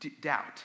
doubt